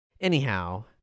anyhow